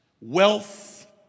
wealth